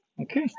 okay